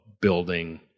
building